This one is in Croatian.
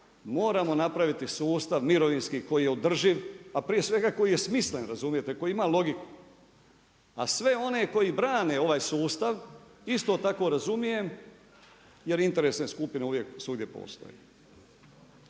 moramo napraviti sustav mirovinski koji je održiv, a prije svega koji je smislen koji ima logike. A sve oni koji brane ovaj sustav isto tako razumijem jer interesne skupine uvijek svugdje postoje.